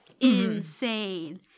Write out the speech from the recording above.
insane